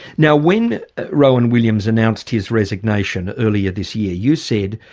now when rowan williams announced his resignation earlier this year, you said,